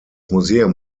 museum